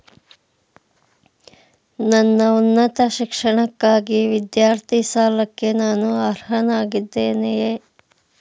ನನ್ನ ಉನ್ನತ ಶಿಕ್ಷಣಕ್ಕಾಗಿ ವಿದ್ಯಾರ್ಥಿ ಸಾಲಕ್ಕೆ ನಾನು ಅರ್ಹನಾಗಿದ್ದೇನೆಯೇ?